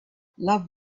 love